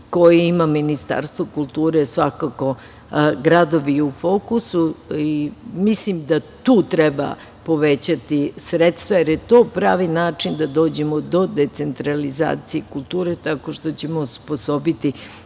koje ima Ministarstvo kulture svakako su gradovi u fokusu. Mislim da tu treba povećati sredstva, jer je to pravi način da dođemo do decentralizacije kulture tako što ćemo osposobiti